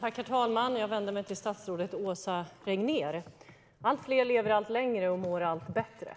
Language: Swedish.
Herr talman! Jag vänder mig till statsrådet Åsa Regnér. Allt fler lever allt längre och mår allt bättre.